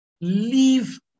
Leave